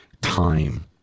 time